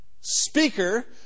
speaker